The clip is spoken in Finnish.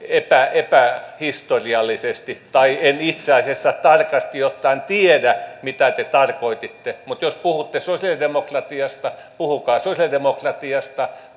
epähistoriallisesti tai en itse asiassa tarkasti ottaen tiedä mitä te tarkoititte mutta jos puhutte sosialidemokratiasta puhukaa sosialidemokratiasta